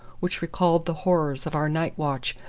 which recalled the horrors of our night-watch,